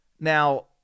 Now